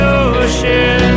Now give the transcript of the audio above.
ocean